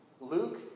Luke